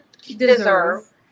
deserve